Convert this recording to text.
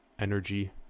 energy